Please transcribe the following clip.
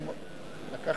חברי